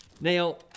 Now